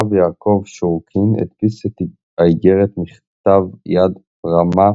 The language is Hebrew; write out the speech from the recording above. הרב יעקב שורקין הדפיס את האיגרת מכתב יד פרמה